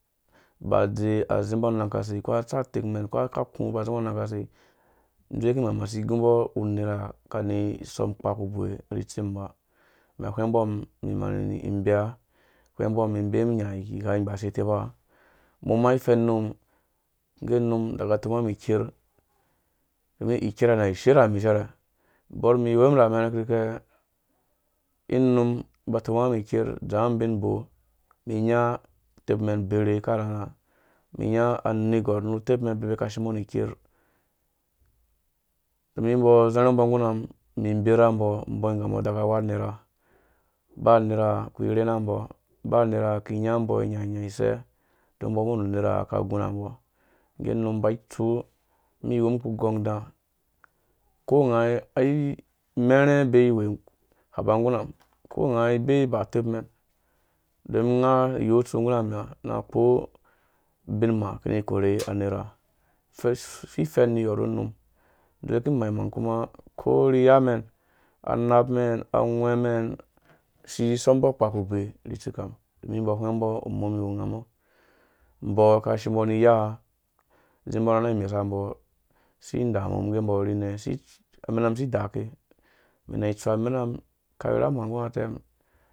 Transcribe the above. Aba adze azimbɔ anang aka sei uko atsa utepmɛn uko akakũ aba zimbɔ anang akasei ing dzowukũ imang-nang asi igɔmbɔ unera aka ani sɔm ukpa ukubewe ri tsim ba, umbɔ ahwɛngmbɔ mum ĩbemum inya ighaingbashi utepa umum uma ifɛn num adaka actomuwa umum iker ingge ikerha isherami icɛrɛ ubor umum iwumum na amɛn kirika ing unum aba atomuwa umum iker na adzanga umum ubin ubok ni inya utepmɛn ubere aka rharha mum inya anergwar nu utepmɛn aka shombɔ nu iker numbɔ azarhu mbɔ nggu ramum umum ĩbera mbɔ rumbɔ igambɔ adaka awu anera ba unera aki rhena mbɔ uba unera aki inya mbɔ inyanya ise dong umbɔ awumbɔ nu unera aka gunambɔ ige unum abai itsu umum iwum kugo ng uda ukonga ai imerha abei awu ahapa nggu mum, ukonga ai bei iba utepmɛn don unga ayu utsu nggurami na akpo ubin uma ikini ikorhuwe anera ififɛn nigɔ nu unum ĩdzowuku imang-mang kuma uko ri iyamen anapmɛn angwɛ̃mɛn asi yɛsumbɔ ukpa uku buwe ri itsikam, domin umbɔ ahweng mbɔ umum iwu ungamɔ̃ umbɔ aka shimbɔ ni iya, azimbɔ ra anang imesambɔ, isi idamu ukombɔ awuri nẽã amɛnamum asi idake umum ina itsu amɛna muim akau irham hã nggu utɛmum